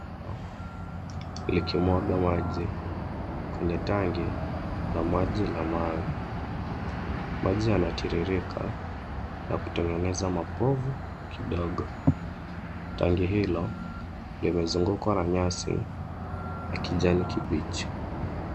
Bomba likimwaga maji kwenye tangi la maji la mawe. Maji yanatirirka na kutengeneza mapovu kidogo. Tangi hilo limezungukwa na nyasi ya kijani kibichi.